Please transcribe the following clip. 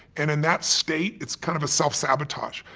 and in that state, it's kind of a self sabotage.